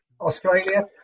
Australia